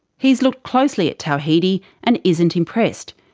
he's looked closely at tawhidi, and isn't impressed.